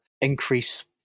increase